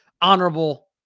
Honorable